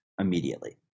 immediately